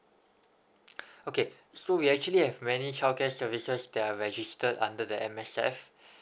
okay so we actually have many childcare services that are registered under the M_S_F